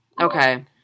Okay